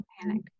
panic